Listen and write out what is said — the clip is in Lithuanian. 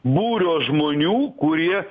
būrio žmonių kurie